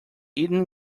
eaten